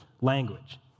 language